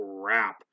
crap